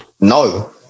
No